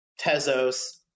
Tezos